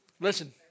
Listen